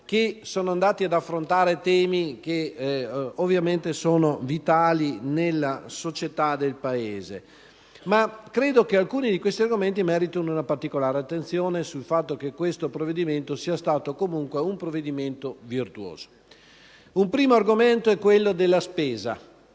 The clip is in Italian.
che sono andati ad affrontare temi che ovviamente sono vitali nella società del Paese. Non voglio qui ricordarli tutti, ma credo che alcuni di essi meritino una particolare attenzione per ribadire come questo provvedimento sia stato comunque un provvedimento virtuoso. Un primo argomento è quello della spesa.